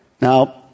Now